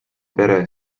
pere